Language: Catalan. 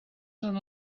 són